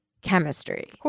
chemistry